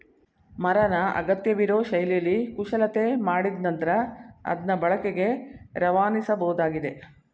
ಮರನ ಅಗತ್ಯವಿರೋ ಶೈಲಿಲಿ ಕುಶಲತೆ ಮಾಡಿದ್ ನಂತ್ರ ಅದ್ನ ಬಳಕೆಗೆ ರವಾನಿಸಬೋದಾಗಿದೆ